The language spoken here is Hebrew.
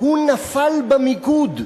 הוא נפל במיקוד.